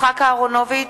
יצחק אהרונוביץ,